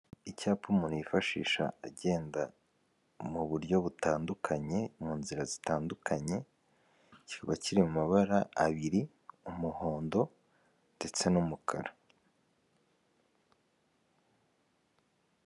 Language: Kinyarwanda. Icyapa umuntu yifashisha agenda mu buryo butandukanye mu nzira zitandukanye kiba kiri mu mabara abiri umuhondo ndetse n'umukara.